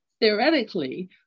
Theoretically